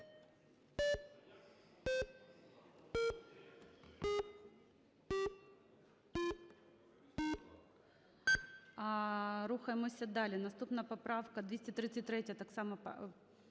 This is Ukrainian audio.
Рухаємося далі. Наступна поправка - 233, так само